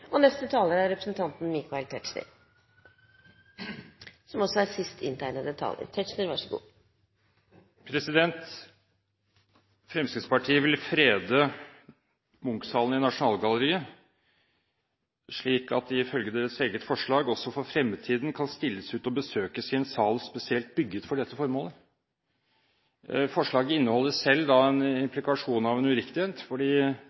Fremskrittspartiet vil frede Munch-salen i Nasjonalgalleriet, slik at man – ifølge deres eget forslag – også for fremtiden kan stille ut i og besøke en sal spesielt bygget for dette formålet. Forslaget inneholder selv en implikasjon av en uriktighet fordi